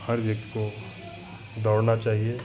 हर व्यक्ति को दौड़ना चाहिए